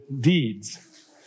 deeds